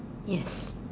yes